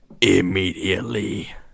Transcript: immediately